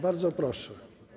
Bardzo proszę.